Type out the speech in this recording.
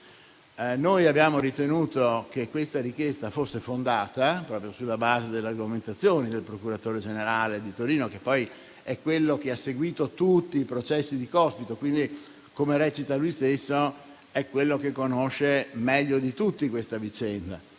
Abbiamo ritenuto che questa richiesta fosse fondata proprio sulla base dell'argomentazione del procuratore generale di Torino, che poi è colui che ha seguito tutti i processi di Cospito, quindi, come recita lo stesso, è colui che conosce meglio di tutti la vicenda.